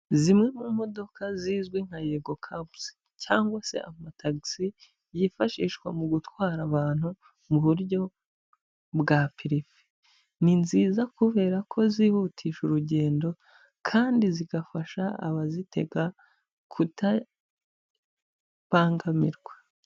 Zimwe mu modoka zizwi nka yego kabuzi, cyangwa se amatagisi yifashishwa mu gutwara abantu mu buryo bwa pirive, ni nziza kubera ko zihutisha urugendo kandi zigafasha abazitega kutabangamirwa.